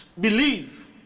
Believe